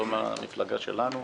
לא מהמפלגה שלנו.